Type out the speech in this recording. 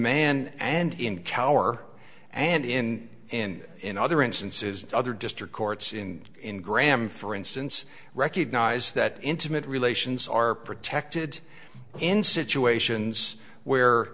man and in cower and in and in other instances other district courts in engram for instance recognize that intimately lation is are protected in situations where